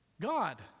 God